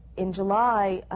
in july,